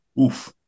Oof